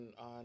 on